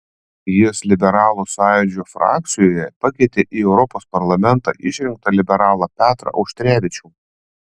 jis liberalų sąjūdžio frakcijoje pakeitė į europos parlamentą išrinktą liberalą petrą auštrevičių